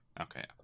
okay